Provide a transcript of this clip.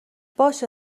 باشه